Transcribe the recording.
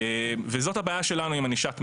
וזאת הבעיה שלנו עם ענישת מינימום.